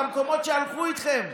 למקומות שהלכו איתכם,